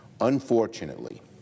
Unfortunately